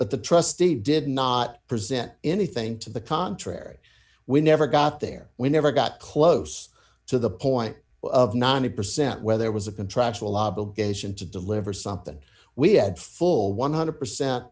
but the trustee did not present anything to the contrary we never got there we never got close to the point of ninety percent where there was a contractual obligation to deliver something we had full one hundred percent